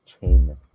chain